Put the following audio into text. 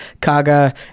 Kaga